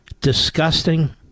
disgusting